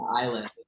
island